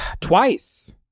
Twice